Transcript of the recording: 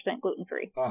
gluten-free